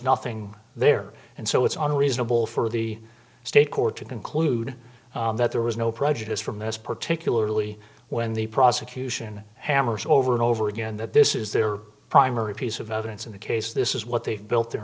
nothing there and so it's unreasonable for the state court to conclude that there was no prejudice from this particularly when the prosecution hammers over and over again that this is their primary piece of evidence in the case this is what they've built their